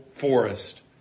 forest